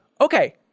okay